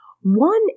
One